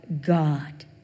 God